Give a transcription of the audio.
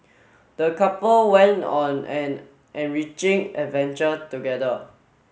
the couple went on an enriching adventure together